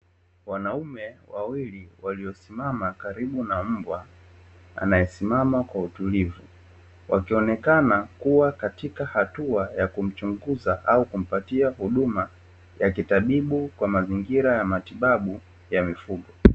Wanaume wawili waliosimama karibu na mbwa, anaesimama kwa utulivu wakionekana kuwa katika hatua ya kumchunguza au kumpatia huduma ya kitabibu kwa mazingira ya matibabu ya mifugo.